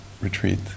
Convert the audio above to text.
retreat